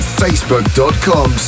facebook.com